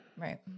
right